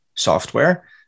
software